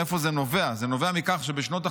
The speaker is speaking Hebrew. מאיפה זה נובע: זה נובע מכך שבשנות החמישים,